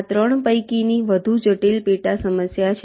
આ 3 પૈકીની વધુ જટિલ પેટા સમસ્યા છે